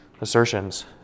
assertions